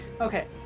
Okay